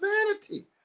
humanity